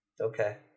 Okay